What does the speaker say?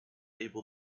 able